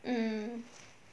mm